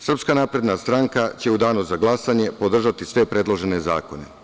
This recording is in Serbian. Srpska napredna stranka će u danu za glasanje podržati sve predložene zakone.